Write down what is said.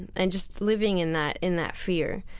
and and just living in that in that fear,